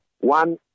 One